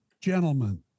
Gentlemen